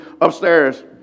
upstairs